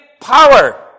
power